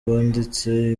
wanditse